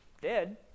dead